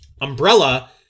Umbrella